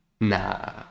Nah